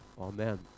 Amen